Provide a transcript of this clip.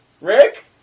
Rick